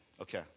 Okay